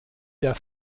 der